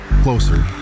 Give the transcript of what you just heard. closer